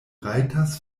rajtas